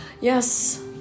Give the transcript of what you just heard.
Yes